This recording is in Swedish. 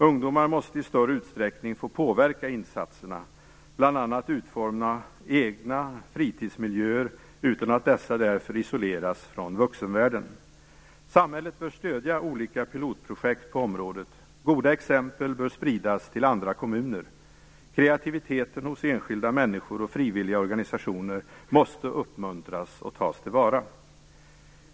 Ungdomar måste i större utsträckning få påverka insatserna, bl.a. utforma egna fritidsmiljöer utan att dessa därför isoleras från vuxenvärlden. Samhället bör stödja olika pilotprojekt på området. Goda exempel bör spridas till andra kommuner. Kreativiteten hos enskilda människor och frivilliga organisationer måste uppmuntras och tas till vara.